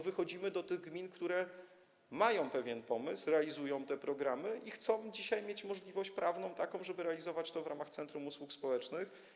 Wychodzimy do tych gmin, które mają pewien pomysł, realizują te programy i dzisiaj chcą mieć taką możliwość prawną, żeby móc realizować to w ramach centrum usług społecznych.